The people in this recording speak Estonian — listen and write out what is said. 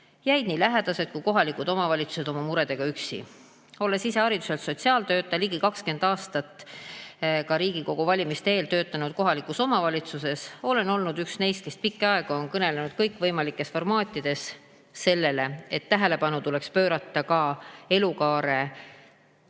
on nii lähedased kui kohalikud omavalitsused oma muredega üksi. Olles ise hariduselt sotsiaaltöötaja ja ligi 20 aastat enne Riigikokku valimist töötanud kohalikus omavalitsuses, olen olnud üks neist, kes pikka aega on kõnelenud kõikvõimalikes formaatides sellest, et tähelepanu tuleks pöörata ka elukaare